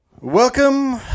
Welcome